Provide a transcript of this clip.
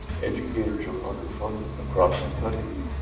educators are underfunded across the country